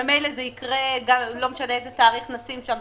שממילא זה יקרה לא משנה איזה תאריך נשים שם,